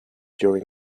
during